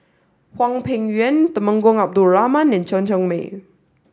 Hwang Peng Yuan Temenggong Abdul Rahman and Chen Cheng Mei